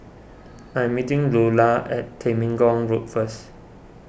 I am meeting Luella at Temenggong Road first